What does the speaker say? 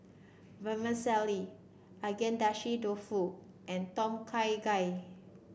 Vermicelli Agedashi Dofu and Tom Kha Gai